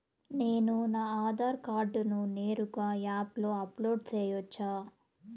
నేను నా ఆధార్ కార్డును నేరుగా యాప్ లో అప్లోడ్ సేయొచ్చా?